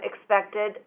expected